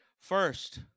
First